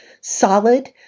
solid